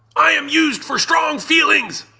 i am used for strong feelings!